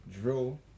drill